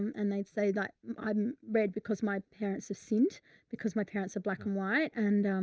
and they'd say that i'm red because my parents are sinned because my parents are black and white. and, um.